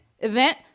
Event